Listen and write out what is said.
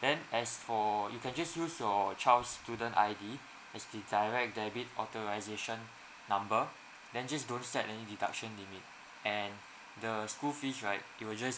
then as for you can just use your child's student I_D as the direct debit authorisation number then just don't set any deduction limit and the school fees right they will just